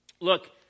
Look